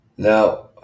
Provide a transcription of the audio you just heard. Now